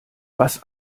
was